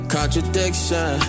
Contradiction